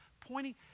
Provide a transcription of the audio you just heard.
pointing